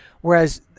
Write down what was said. Whereas